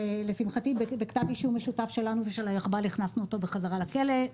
ולשמחתי בכתב אישום משותף שלנו ושל היחב"ל הכנסנו אותו חזרה לכלא.